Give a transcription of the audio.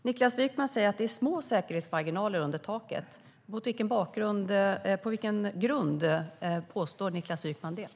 Herr talman! Niklas Wykman säger att det är små säkerhetsmarginaler under taket. På vilken grund påstår Niklas Wykman det?